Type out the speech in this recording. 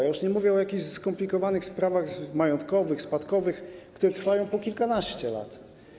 Już nie mówię o jakichś skomplikowanych sprawach majątkowych, spadkowych, które trwają po kilkanaście lat.